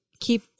keep